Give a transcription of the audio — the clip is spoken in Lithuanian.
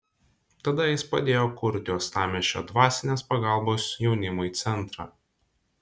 tada jis padėjo kurti uostamiesčio dvasinės pagalbos jaunimui centrą